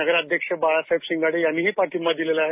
नगराध्यक्ष बाळासाहेब शिंगाडे यांनीही पाठिंबा दिलेला आहे